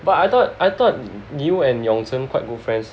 but I thought I thought you and Yong Chen quite good friends